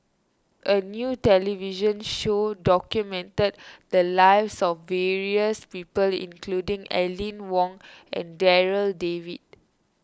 a new television show documented the lives of various people including Aline Wong and Darryl David